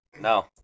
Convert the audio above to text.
No